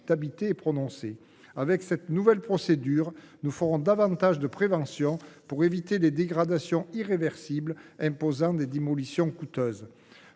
d’habiter est prononcée. Avec cette nouvelle procédure, nous ferons davantage de prévention pour éviter les dégradations irréversibles imposant des démolitions coûteuses.